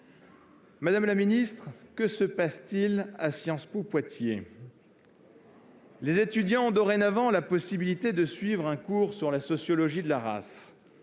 madame la ministre, sur le campus de Sciences Po Poitiers ? Les étudiants y ont dorénavant la possibilité de suivre un cours sur la sociologie de la race.